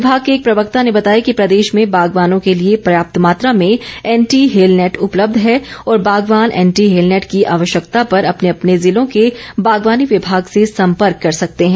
विभाग के एक प्रवक्ता ने बताया कि प्रदेश में बागवानों के लिए पर्याप्त मात्रा में एंटी हेलनेट उपलब्ध है और बागवान एंटी हेलनेट की आवश्यकता पर अपने अपने जिलों के बागवानी विभाग से संपर्क कर सकते हैं